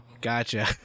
gotcha